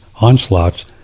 onslaughts